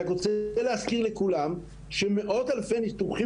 אני רק רוצה להזכיר לכולם שמאות אלפי ניתוחים